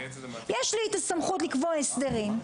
יש לי את הסמכות לקבוע הסדרים,